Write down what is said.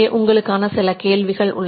உங்களுக்கான சில கேள்விகள் இங்கே உள்ளது